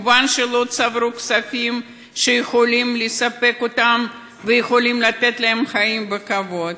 מובן שלא צברו כספים שיכולים לספק אותם ויכולים לתת להם חיים בכבוד.